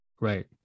right